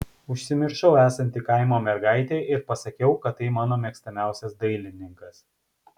užsimiršau esanti kaimo mergaitė ir pasakiau kad tai mano mėgstamiausias dailininkas